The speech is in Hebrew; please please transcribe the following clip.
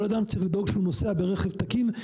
כל אדם צריך לדאוג שהוא נוסע ברכב תקין,